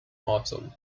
autumn